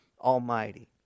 Almighty